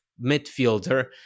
midfielder